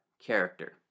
character